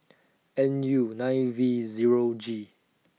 N U nine V Zero G